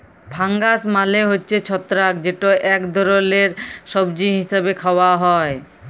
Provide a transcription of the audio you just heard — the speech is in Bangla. ফাঙ্গাস মালে হছে ছত্রাক যেট ইক ধরলের সবজি হিসাবে খাউয়া হ্যয়